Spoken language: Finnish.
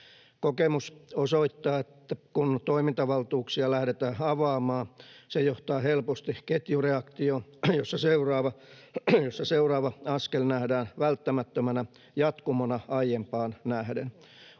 Kokemus osoittaa, että kun toimintavaltuuksia lähdetään avaamaan, se johtaa helposti ketjureaktioon, jossa seuraava askel nähdään välttämättömänä jatkumona aiempaan nähden.